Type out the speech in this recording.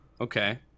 okay